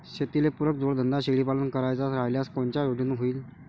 शेतीले पुरक जोडधंदा शेळीपालन करायचा राह्यल्यास कोनच्या योजनेतून होईन?